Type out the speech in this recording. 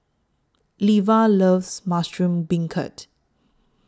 Leva loves Mushroom Beancurd